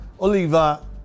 Oliva